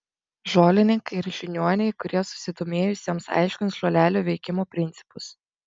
žolininkai ir žiniuoniai kurie susidomėjusiems aiškins žolelių veikimo principus